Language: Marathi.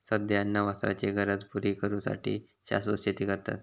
सध्या अन्न वस्त्राचे गरज पुरी करू साठी शाश्वत शेती करतत